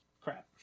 Crap